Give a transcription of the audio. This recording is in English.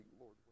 Lord